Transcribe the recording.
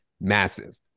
massive